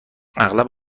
اغلب